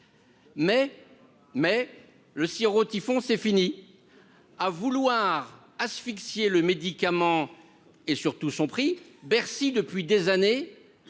Mais, mais le sirop typhon c'est fini à vouloir asphyxier le médicament et surtout son prix Bercy depuis des années,